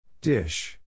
Dish